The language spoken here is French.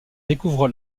découvre